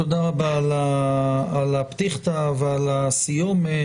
תודה רבה על הפתיחתא ועל הסיומת.